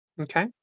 Okay